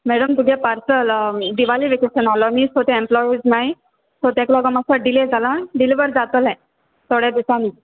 madam तुगे parcel Diwali vacation आहलो नी सो तें एम्प्लॉइज नाय सो तें म्हाक दिसोता डिले जालां डिलीव्हर जातोलें थोड्या दिसांनी